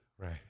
Right